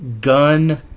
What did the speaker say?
gun